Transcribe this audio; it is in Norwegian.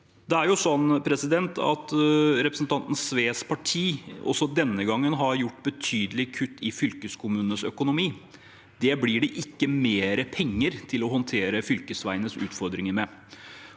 Så er det slik at representanten Sves parti også denne gangen har gjort betydelige kutt i fylkeskommunenes økonomi. Det blir det ikke mer penger til å håndtere fylkesveienes utfordringer av.